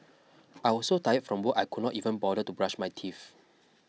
I was so tired from work I could not even bother to brush my teeth